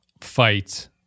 fight